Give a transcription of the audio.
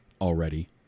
already